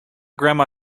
grandma